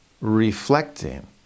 reflecting